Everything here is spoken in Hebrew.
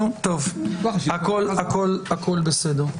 נו, טוב, הכל בסדר.